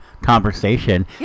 conversation